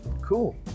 Cool